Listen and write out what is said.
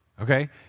Okay